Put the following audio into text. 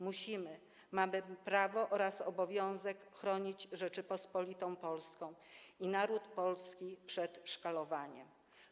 Musimy, mamy prawo oraz obowiązek chronić Rzeczpospolitą Polską i naród polski przed szkalowaniem.